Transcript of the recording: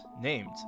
named